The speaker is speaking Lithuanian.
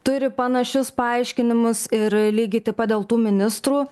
turi panašius paaiškinimus ir lygiai taip pat dėl tų ministrų